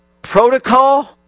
protocol